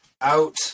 out